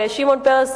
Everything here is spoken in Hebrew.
ושמעון פרס,